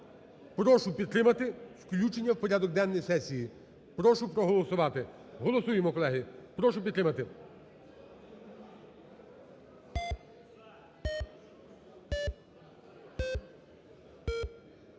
Прошу підтримати включення в порядок денний сесії. Прошу проголосувати. Голосуємо, колеги. Прошу підтримати.